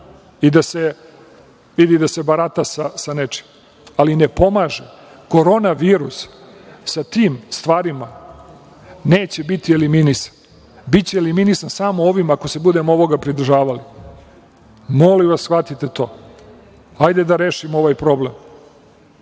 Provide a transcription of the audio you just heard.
i da se vidi da se barata sa nečim. Ali, ne pomaže. Koronavirus sa tim stvarima neće biti eliminisan. Biće eliminisan samo ovim, ako se budemo ovoga pridržavali. Molim vas, shvatite to. Hajde da rešimo ovaj problem.